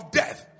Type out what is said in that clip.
death